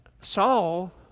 Saul